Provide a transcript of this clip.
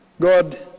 God